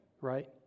right